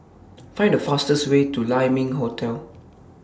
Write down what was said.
Find The fastest Way to Lai Ming Hotel